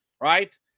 right